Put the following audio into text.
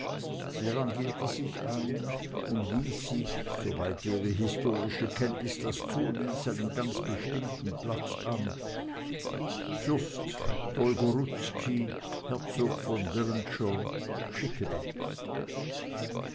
sie rangierte sich ein und wies sich soweit ihre historische kenntnis das zuließ einen ganz bestimmten platz an fürst dolgoruki herzog von